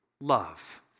Love